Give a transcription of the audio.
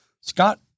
Scott